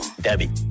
Debbie